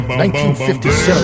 1957